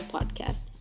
Podcast